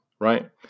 right